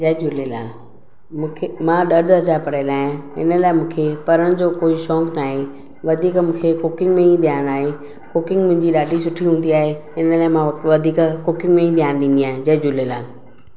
जय झूलेलाल मूंखे मां ॾह दरिजा पढ़ियल आहियां हिन लाइ मूंखे पढ़ण जो कोई शौक़ु नाहे वधीक मूंखे कुकिंग में ई ध्यानु आहे कुकिंग मुंहिंजी ॾाढी सुठी हूंदी आहे हिन लाइ मां उते वधीक कुकिंग में ई ध्यानु ॾींदी आहियां जय झूलेलाल